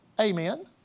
Amen